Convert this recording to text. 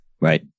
Right